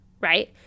right